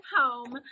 home